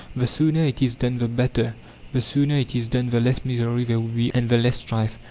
the sooner it is done the better the sooner it is done the less misery there will be and the less strife.